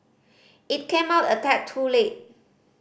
it came out a tad too late